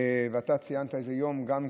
אתה ציינת גם,